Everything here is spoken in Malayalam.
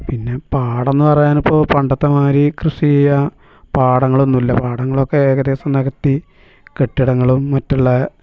പിന്നെ പാടമെന്നു പറയാനിപ്പോൾ പണ്ടത്തെ മാതിരി കൃഷീ ചെയ്യാൻ പാടങ്ങളൊന്നുമില്ല പാടങ്ങളൊക്കേകദേശം നികത്തി കെട്ടിടങ്ങളും മറ്റുള്ള